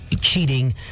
cheating